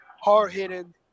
Hard-hitting